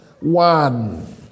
One